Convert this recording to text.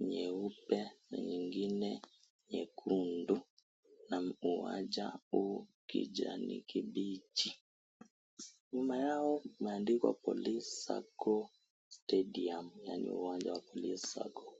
nyeupe ,nyingine nyekundu na uwanja uu kijani kibichi. Nyuma yao umeandikwa police sacco stadium yaani uwanja wa polisi sacco .